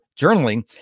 journaling